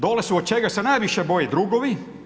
Dole su od čega se najviše boje drugovi.